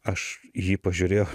aš jį pažiūrėjau